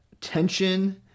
tension